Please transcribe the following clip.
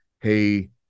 Hey